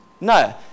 No